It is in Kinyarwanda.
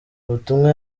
ubutumwa